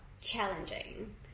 challenging